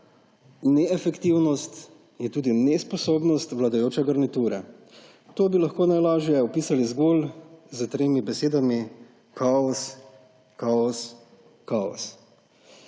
neefektivnost in tudi nesposobnost vladajoče garniture. To bi najlažje opisali zgolj s tremi besedami: kaos, kaos, kaos.